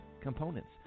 components